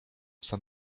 psa